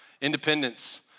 independence